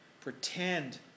pretend